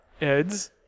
Ed's